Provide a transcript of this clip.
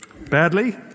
badly